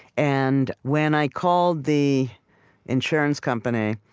and when i called the insurance company,